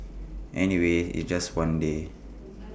anyway it's just one day